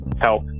help